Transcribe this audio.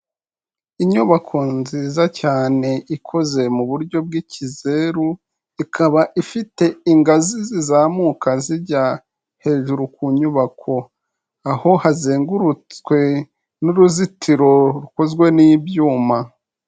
Inyubako nziza cyane ikoze mu buryo bw'ikizeru, ikaba ifite ingazi zizamuka zijya hejuru ku nyubako, aho hazengurutswe n'uruzitiro rukozwe n'ibyuma.